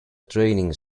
training